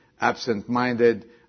absent-minded